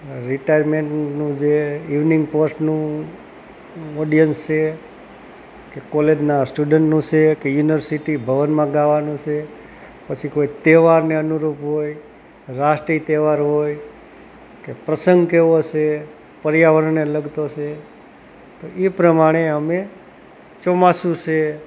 રિટાયરમેન્ટનું જે ઇવનિંગ પોસ્ટનું ઓડિયન્સ છે કે પછી કોલેજના સ્ટુડન્ટનું છે કે યુનિવર્સિટી ભવનમાં ગાવાનું છે પછી કોઈ તહેવારને અનુરૂપ હોય રાષ્ટ્રીય તહેવાર હોય કે પ્રસંગ કેવો છે પર્યાવરણને લગતો છે તો એ પ્રમાણે અમે ચોમાસું છે